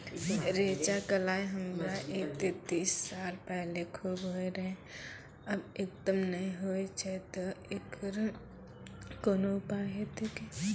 रेचा, कलाय हमरा येते तीस साल पहले खूब होय रहें, अब एकदम नैय होय छैय तऽ एकरऽ कोनो उपाय हेते कि?